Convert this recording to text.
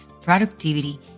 productivity